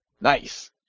Nice